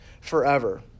forever